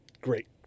great